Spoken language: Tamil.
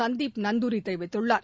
சந்தீப் நந்தூரி தெரிவித்துள்ளார்